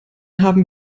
haben